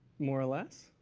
more or less?